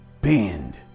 bend